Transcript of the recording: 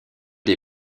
des